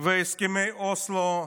והסכמי אוסלו,